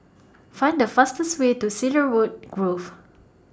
Find The fastest Way to Cedarwood Grove